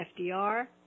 FDR